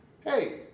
Hey